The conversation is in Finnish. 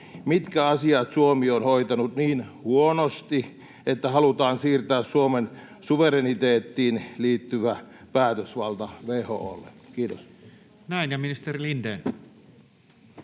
mitkä asiat Suomi on hoitanut niin huonosti, että halutaan siirtää Suomen suvereniteettiin liittyvä päätösvalta WHO:lle? — Kiitos. Näin. — Ja ministeri Lindén.